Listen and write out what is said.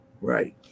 right